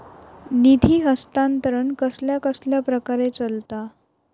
निधी हस्तांतरण कसल्या कसल्या प्रकारे चलता?